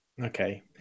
okay